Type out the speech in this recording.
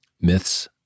myths